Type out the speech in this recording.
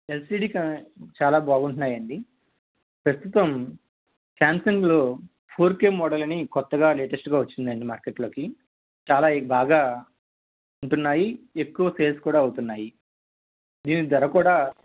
LCD చాలా బాగుంటున్నాయండి ప్రస్తుతం శ్యాంసంగ్లో ఫోర్ కే మోడల్ అని కొత్తగా లేటెస్టుగా వచ్చిందండి మార్కెట్లోకి చాలా బాగా ఉంటున్నాయి ఎక్కువ సేల్సు కూడా అవుతున్నాయి దీని ధర కూడా